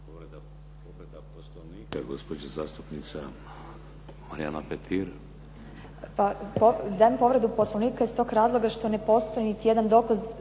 Povreda poslovnika, gospođa zastupnica Marijana Petir. **Petir, Marijana (HSS)** Pa dajem povredu Poslovnika iz tog razloga što ne postoji niti jedan dokaz